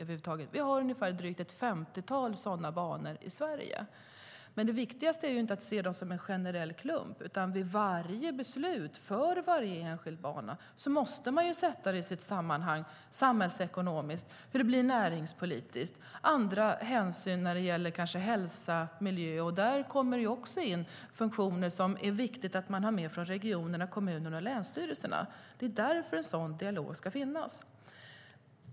Vi har ett drygt femtiotal sådana banor i Sverige. Det är viktigt att inte se dem som en klump, utan vid varje beslut gällande en enskild bana måste den ses i sitt samhällsekonomiska sammanhang. Näringspolitisk och annan hänsyn, såsom hälsa och miljö, måste också tas. Där kommer även in viktiga faktorer som regionerna, kommunerna och länsstyrelserna måste ta med. Därför ska en sådan dialog finnas.